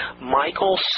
Michael